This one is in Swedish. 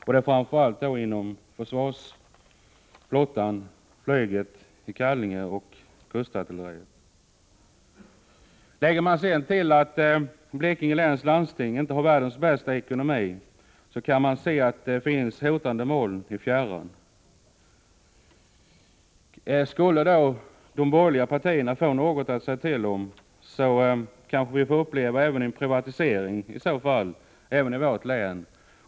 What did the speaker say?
Det gäller framför allt inom försvaret, flottan i Karlskrona, flyget i Kallinge och kustartilleriet. Lägger man sedan till att Blekinge läns landsting inte har världens bästa ekonomi, kan man se att det finns hotande moln i fjärran. Skulle de borgerliga partierna få något att säga till om, så kanske vi får uppleva privatisering av den offentliga sektorn även i vårt län.